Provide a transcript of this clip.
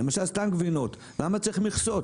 למשל סתם גבינות, למה צריך מכסות?